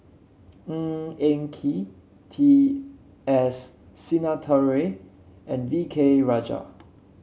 Ng Eng Kee T S Sinnathuray and V K Rajah